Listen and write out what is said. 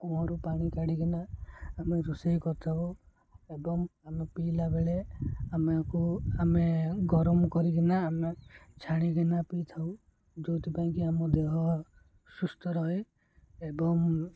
କୂଅରୁ ପାଣି କାଢ଼ିକିନା ଆମେ ରୋଷେଇ କରିଥାଉ ଏବଂ ଆମେ ପିଇଲାବେଳେ ଆମେକୁ ଆମେ ଗରମ କରିକିନା ଆମେ ଛାଣିକିନା ପିଇଥାଉ ଯେଉଁଥିପାଇଁକିି ଆମ ଦେହ ସୁସ୍ଥ ରୁହେ ଏବଂ